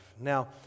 Now